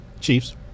Chiefs